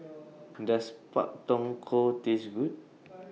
Does Pak Thong Ko Taste Good